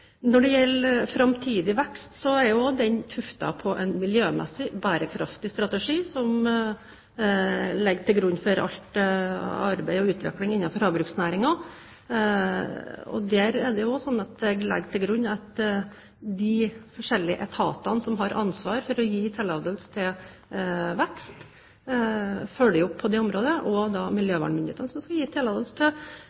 Når det gjelder framtidig vekst, er den også tuftet på en miljømessig bærekraftig strategi som ligger til grunn for alt arbeid og all utvikling innenfor havbruksnæringen. Jeg legger også til grunn at de forskjellige etatene som har ansvar for å gi tillatelse til vekst, følger opp på det området. Det er miljøvernmyndighetene som skal gi tillatelse, og